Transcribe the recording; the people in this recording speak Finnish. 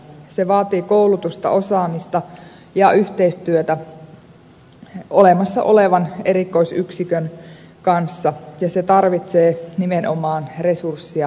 se vaatii koulutusta osaamista ja yhteistyötä olemassa olevan erikoisyksikön kanssa ja toimiakseen se tarvitsee nimenomaan resursseja